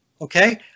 Okay